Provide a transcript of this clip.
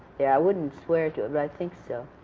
yeah, i wouldn't swear to it, but i think so.